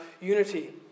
unity